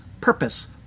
purpose